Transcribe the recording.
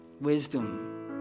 wisdom